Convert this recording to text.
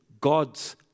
God's